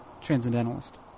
transcendentalist